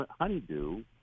Honeydew